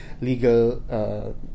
legal